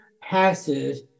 passes